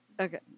Okay